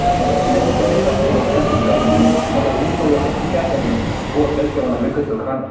اگر میٛانہِ خۄشِچ کَتھ کَرو وٕنۍکٮ۪ن چھُس بہٕ غَمگیٖن مگر وۄنۍ وٕچھو ہیٚپی کیٛاہ کَرِ مےٚ بہٕ اوسُس گَرِکٮ۪ن وَنان مےٚ کٔرۍتو خانٛدَر